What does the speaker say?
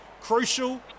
Crucial